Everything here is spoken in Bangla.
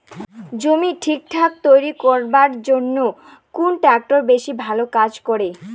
জমি ঠিকঠাক তৈরি করিবার জইন্যে কুন ট্রাক্টর বেশি ভালো কাজ করে?